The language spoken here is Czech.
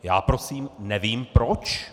Já prosím nevím proč.